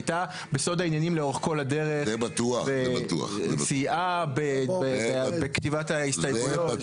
הייתה בסוד העניינים לאורך כל הדרך וסייעה בכתיבת ההסתייגויות,